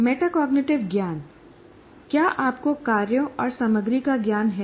metacognitive ज्ञान क्या आपको कार्यों और सामग्री का ज्ञान है